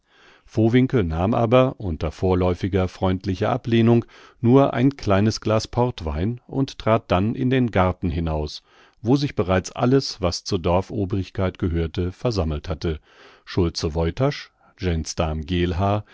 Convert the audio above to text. nahm aber unter vorläufiger freundlicher ablehnung nur ein kleines glas portwein und trat dann in den garten hinaus wo sich bereits alles was zur dorfobrigkeit gehörte versammelt hatte schulze woytasch